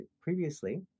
previously